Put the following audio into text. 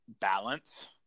balance